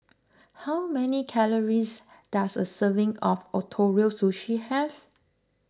how many calories does a serving of Ootoro Sushi have